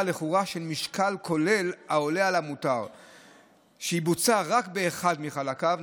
לכאורה של משקל כולל העולה על המותר שבוצע רק מאחד מחלקיו,